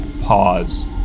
pause